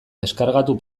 deskargatu